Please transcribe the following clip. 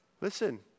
Listen